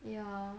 ya